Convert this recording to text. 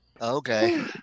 okay